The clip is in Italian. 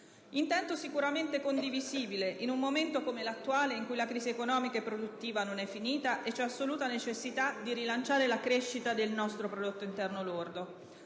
intento certamente condivisibile in un momento come l'attuale, in cui la crisi economica e produttiva non è finita e vi è assoluta necessità di rilanciare la crescita del nostro prodotto interno lordo.